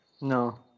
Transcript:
No